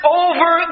over